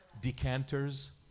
Decanters